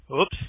Oops